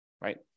Right